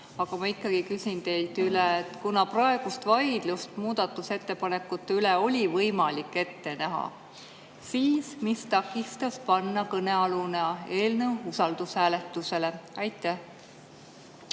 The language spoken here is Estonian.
aga ma ikkagi küsin teilt üle. Kuna praegust vaidlust muudatusettepanekute üle oli võimalik ette näha, siis mis takistas panna kõnealust eelnõu usaldushääletusele? Aitäh,